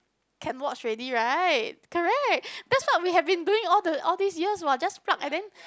can watch already right correct that's what we have been doing all the all these years what just plug and then